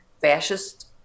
fascist